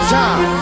time